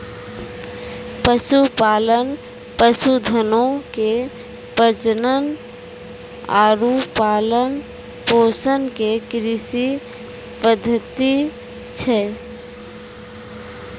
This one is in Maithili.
पशुपालन, पशुधनो के प्रजनन आरु पालन पोषण के कृषि पद्धति छै